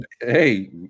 Hey